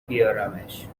بیارمش